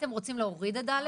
הייתם רוצים להוריד את (ד)?